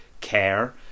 care